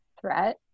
threat